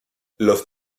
los